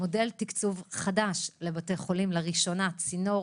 מודל תקצוב חדש לבתי חולים לראשונה צינור